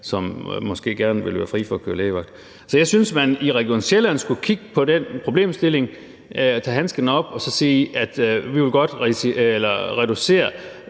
som måske gerne vil være fri for at køre lægevagt. Så jeg synes, at man i Region Sjælland skulle kigge på den problemstilling og tage handsken op og sige, at man godt vil reducere